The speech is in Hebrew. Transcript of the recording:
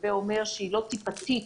הווה אומר שהיא לא טיפטית